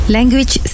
Language